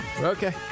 okay